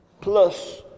plus